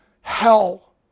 hell